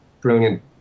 brilliant